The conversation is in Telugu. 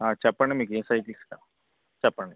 ఆ చెప్పండి మీకే సైకిల్స్ ఇష్టం చెప్పండి